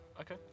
Okay